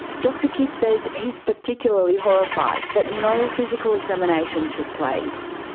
dr kidd says he's particularly horrified that no physical examination took place.